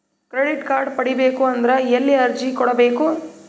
Credit card ಪಡಿಬೇಕು ಅಂದ್ರ ಎಲ್ಲಿ ಅರ್ಜಿ ಕೊಡಬೇಕು?